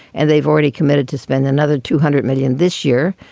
and they've already committed to spend another two hundred million this year.